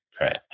right